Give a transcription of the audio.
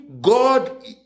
God